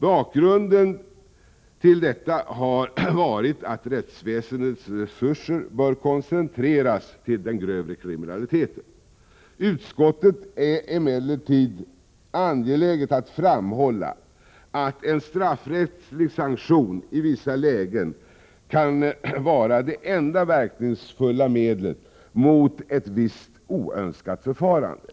Bakgrunden till detta är att rättsväsendets resurser bör koncentreras till den grövre kriminaliteten. Utskottet är emellertid angeläget att framhålla att en straffrättslig sanktion i vissa lägen kan vara det enda verkningsfulla medlet mot ett visst oönskat förfarande.